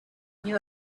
knew